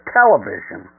television